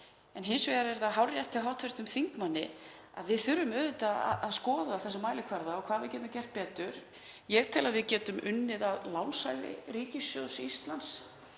Hins vegar er hárrétt hjá hv. þingmanni að við þurfum auðvitað að skoða þessa mælikvarða og hvað við getum gert betur. Ég tel að við getum unnið að lánshæfi ríkissjóðs Íslands